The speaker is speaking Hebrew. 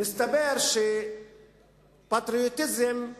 מסתבר שפטריוטיזם הוא